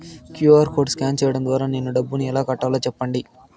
QR code scan సేయడం ద్వారా నేను డబ్బును ఎలా కట్టాలో సెప్పండి?